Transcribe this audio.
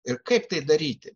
ir kaip tai daryti